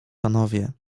panowie